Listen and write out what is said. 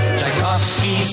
Tchaikovsky